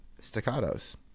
staccatos